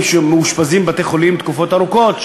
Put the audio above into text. מאושפזים בבתי-חולים תקופות ארוכות,